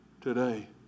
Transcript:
today